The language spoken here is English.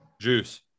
Juice